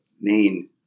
main